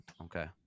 Okay